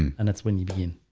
and that's when you begin.